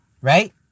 right